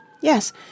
yes